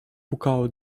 pukało